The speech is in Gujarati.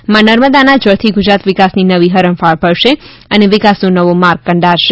મા નર્મદા ના જળથી ગુજરાત વિકાસની નવી હરણફાળ ભરશે અને વિકાસનો નવો માર્ગ કંડારશે